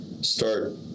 start